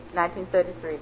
1933